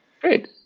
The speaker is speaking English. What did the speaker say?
Great